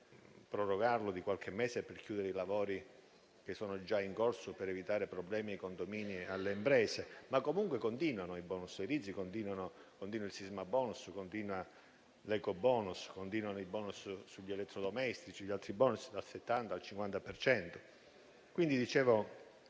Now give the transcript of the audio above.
prorogarlo di qualche mese per chiudere i lavori che sono già in corso per evitare problemi ai condomini e alle imprese - ma comunque continuano i *bonus* edilizi come il sismabonus, l'ecobonus, i *bonus* sugli elettrodomestici e gli altri *bonus* dal 70 al 50 per cento.